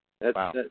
Wow